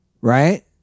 right